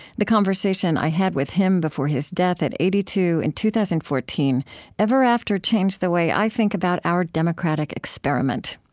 the conversation i had with him before his death at eighty two in two thousand and fourteen ever after changed the way i think about our democratic experiment.